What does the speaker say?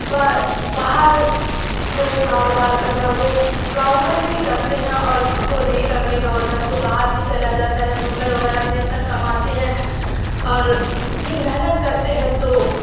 با باہر جس کو کاروبار کرنا ہو وہ گاؤں گھر میں کرتے ہیں اور جس کو نہیں کرنے کا ہوتا ہے تو باہر بھی چلا جاتا ہے ممبئی وغیرہ میں اپنا کماتے ہیں اور پھر محنت کرتے ہیں تو